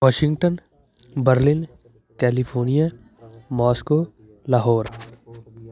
Washington Berlin California Moscow Lahore